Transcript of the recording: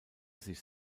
sich